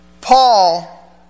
Paul